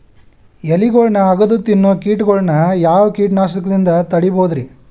ಎಲಿಗೊಳ್ನ ಅಗದು ತಿನ್ನೋ ಕೇಟಗೊಳ್ನ ಯಾವ ಕೇಟನಾಶಕದಿಂದ ತಡಿಬೋದ್ ರಿ?